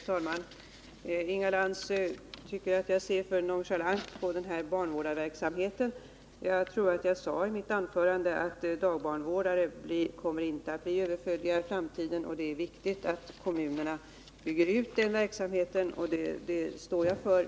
Herr talman! Inga Lantz tycker att jag ser för nonchalant på barnvårdarverksamheten. Jag tror att jag i mitt anförande sade att dagbarnvårdare kommer inte att bli överflödiga i framtiden och att det är viktigt att kommunerna bygger ut den verksamheten, och det står jag för.